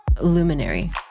luminary